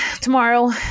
tomorrow